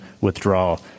withdrawal